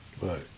Right